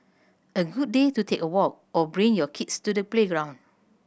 a good day to take a walk or bring your kids to the playground